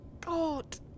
God